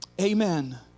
Amen